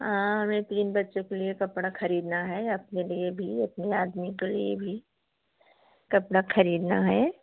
हाँ हमें तीन बच्चों के लिए कपड़ा खरीदना है अपने लिए भी अपने आदमी के लिए भी कपड़ा खरीदना है